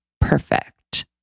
perfect